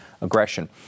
aggression